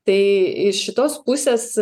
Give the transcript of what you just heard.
tai iš šitos pusės